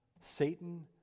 Satan